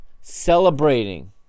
celebrating